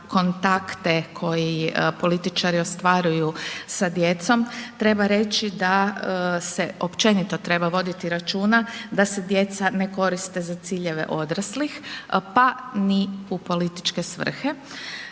koji političari ostvaruju sa djecom treba reći da se općenito treba voditi računa da se djeca ne koriste za ciljeve odraslih pa ni u političke svrhe.